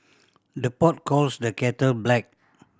the pot calls the kettle black